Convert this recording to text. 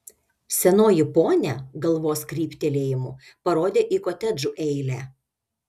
senoji ponia galvos kryptelėjimu parodė į kotedžų eilę